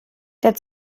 der